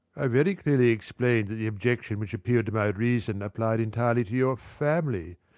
i very clearly explained that the objections which appealed to my reason applied entirely to your family,